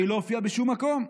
אבל היא לא הופיעה בשום מקום.